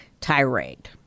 tirade